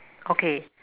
okay